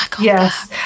Yes